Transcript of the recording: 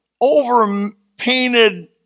over-painted